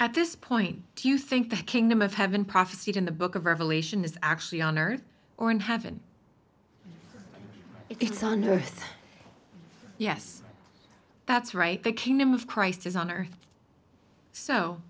at this point do you think the kingdom of heaven prophesied in the book of revelation is actually on earth or in heaven it is on earth yes that's right the kingdom of christ is on earth so